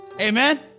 Amen